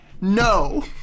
no